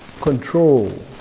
control